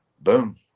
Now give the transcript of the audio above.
boom